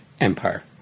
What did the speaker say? empire